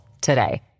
today